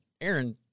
Aaron